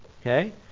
Okay